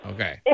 Okay